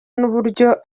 n’uburyo